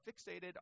fixated